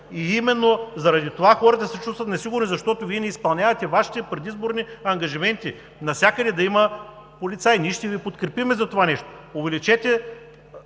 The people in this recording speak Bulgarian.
условия. Заради това хората се чувстват несигурни, защото Вие не изпълнявате Вашите предизборни ангажименти навсякъде да има полицай, ние ще Ви подкрепим за това нещо.